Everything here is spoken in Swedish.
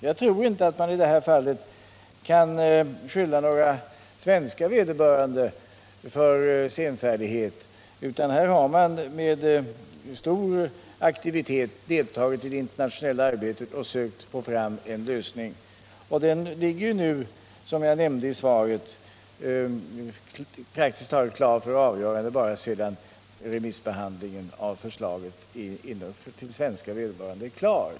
Jag tror inte att vi i det här fallet kan skylla några svenska vederbörande för senfärdighet, utan här har man med stor aktivitet deltagit i det internationella arbetet och sökt få fram en lösning. Den ligger nu, som jag nämnde i svaret, praktiskt taget klar för avgörande, bara remissbehandlingen av förslaget hos svenska vederbörande är avklarad.